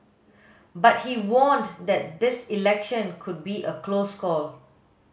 but he warned that this election could be a close call